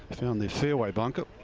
found the fairway bunker.